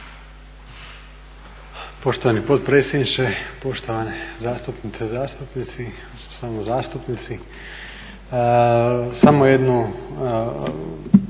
Poštovani potpredsjedniče, poštovane zastupnice i zastupnici, samo zastupnici. Samo jednu